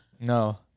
no